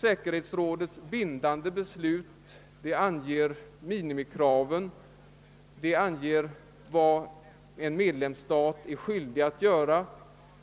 Säkerhetsrådets bindande beslut anger minimikraven för vad en medlemsstat är skyldig att göra,